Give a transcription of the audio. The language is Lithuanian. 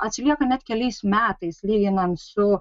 atsilieka net keliais metais lyginant su